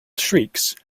shrieks